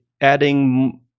adding